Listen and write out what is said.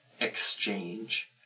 exchange